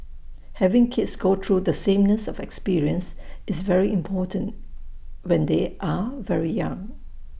having kids go through the sameness of experience is very important when they are very young